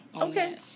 Okay